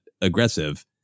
aggressive